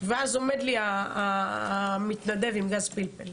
ואז עומד לי המתנדב עם גז פלפל.